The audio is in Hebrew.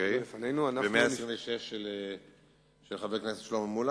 של התלמידים